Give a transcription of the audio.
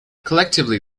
collectively